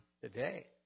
today